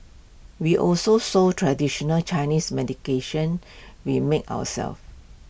we also sold traditional Chinese we made ourselves